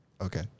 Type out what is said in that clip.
Okay